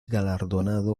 galardonado